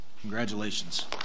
Congratulations